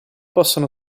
possono